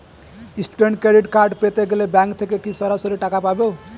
Student credit card পেতে গেলে bank থেকে কি সরাসরি টাকা পাবো?